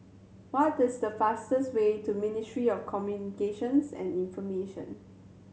what is the fastest way to Ministry of Communications and Information